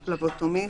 פלבוטומיסט,